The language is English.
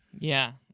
yeah,